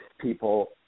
people